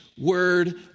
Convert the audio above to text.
Word